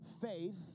faith